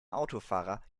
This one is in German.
autofahrer